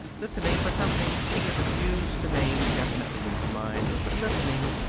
listening for something she had refused to name definitely in her mind, but listening,